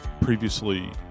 previously